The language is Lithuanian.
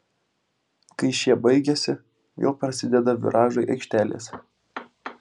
kai šie baigiasi vėl prasideda viražai aikštelėse